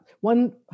one